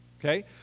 Okay